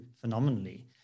phenomenally